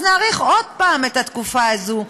נאריך שוב את התקופה הזאת,